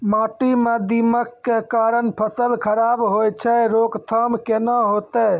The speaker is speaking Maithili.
माटी म दीमक के कारण फसल खराब होय छै, रोकथाम केना होतै?